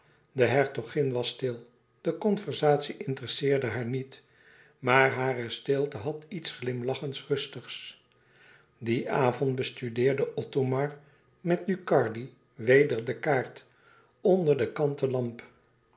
de hertogin was stil de conversatie interesseerde haar niet maar hare stilte had iets glimlachend rustigs dien avond bestudeerde othomar met ducardi weder de kaart onder de kanten lamp